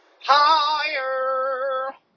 higher